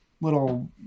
little